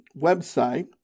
website